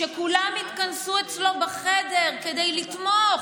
כשכולם התכנסו אצלו בחדר כדי לתמוך,